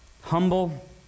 humble